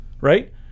right